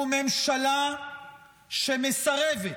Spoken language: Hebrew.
ממשלה שמסרבת,